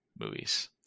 movies